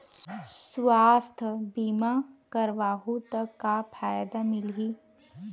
सुवास्थ बीमा करवाहू त का फ़ायदा मिलही?